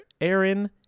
Aaron